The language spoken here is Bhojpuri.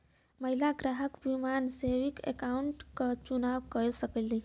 महिला ग्राहक वुमन सेविंग अकाउंट क चुन सकलीन